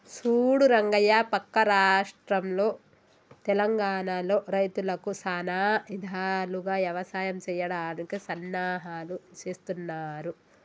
సూడు రంగయ్య పక్క రాష్ట్రంలో తెలంగానలో రైతులకు సానా ఇధాలుగా యవసాయం సెయ్యడానికి సన్నాహాలు సేస్తున్నారు